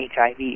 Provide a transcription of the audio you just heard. HIV